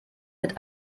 mit